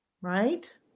right